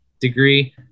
degree